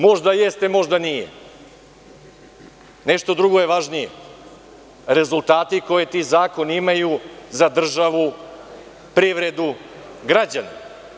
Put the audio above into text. Možda jeste, možda nije, nešto drugo je važnije – rezultati koje ti zakoni imaju za državu, privredu, građane.